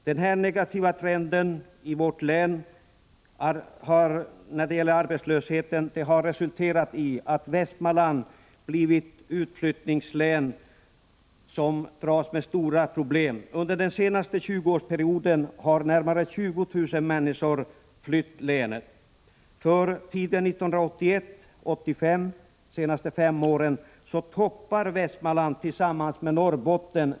Den här negativa trenden i vårt län när det gäller arbetslösheten har resulterat i att Västmanlands län blivit ett utflyttningslän som dras med stora problem. Under den senaste 20-årsperioden har närmare 20 000 människor flytt länet. Under åren 1981-1985, alltså under den senaste femårsperioden, har Västmanland och Norrbotten toppat utflyttningsstatistiken.